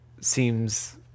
seems